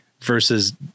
versus